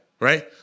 Right